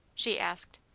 she asked.